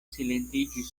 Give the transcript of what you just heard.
silentiĝis